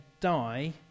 die